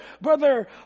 brother